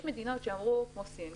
יש מדינות, כמו סין,